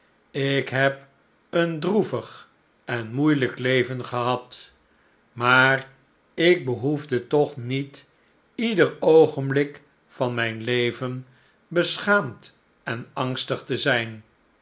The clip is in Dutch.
ik heb een droevig en moeielijk leven gehad maar ik behoefde toch niet ieder oogenblik van mijn leven beschaamd en angstig te zijn